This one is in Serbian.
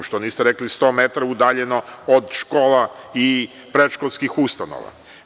Zašto niste rekli 10 metara udaljeno od škola i predškolskih ustanova.